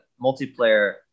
multiplayer